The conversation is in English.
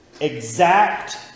exact